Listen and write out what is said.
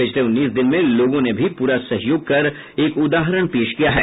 पिछले उन्नीस दिन में लोगों ने भी पूरा सहयोग कर एक उदाहरण पेश किया है